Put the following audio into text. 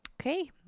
Okay